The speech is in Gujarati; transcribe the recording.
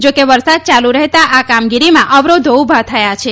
જાકે વરસાદ ચાલુ રહેતા આ કામગીરીમાં અવરોધો ઉભા થયા છે